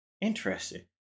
interesting